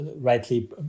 rightly